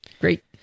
Great